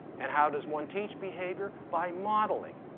and how does one teach behavior? by modeling.